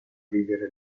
vivere